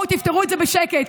תפתרו את זה בשקט.